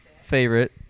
favorite